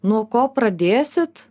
nuo ko pradėsit